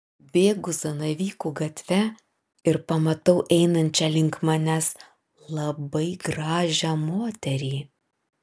bėgu zanavykų gatve ir pamatau einančią link manęs labai gražią moterį